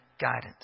guidance